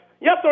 Yes